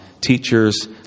teachers